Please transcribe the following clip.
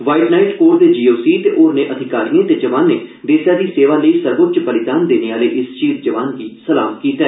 white Knight Corps G O C सी ते होरनें अधिकारिएं ते जवानें देसै दी सेवा लेई सर्वोच्च बलिदान देने आहले इस शहीद जवान गी सलाम कीता ऐ